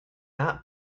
not